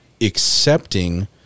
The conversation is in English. accepting